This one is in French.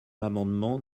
l’amendement